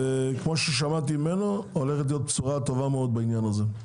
כמו ששמעתי ממנו הולכת להיות בשורה טובה מאוד בעניין הזה.